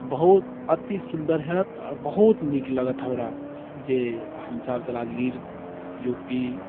बहुत अतिसुन्दर होएत आ बहुत नीक लागत हमरा जे हम चाहब तऽ राजगीर यू पी